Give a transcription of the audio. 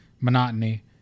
monotony